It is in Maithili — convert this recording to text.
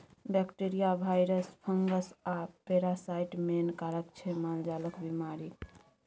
बैक्टीरिया, भाइरस, फंगस आ पैरासाइट मेन कारक छै मालजालक बेमारीक